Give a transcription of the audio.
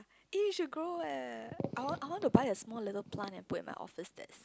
eh you should grow eh I want I want to buy a small little plant and put at my office desk